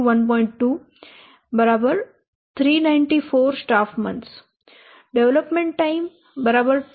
20 394 staff મહિનાઓ development time 2